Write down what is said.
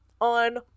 on